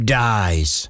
dies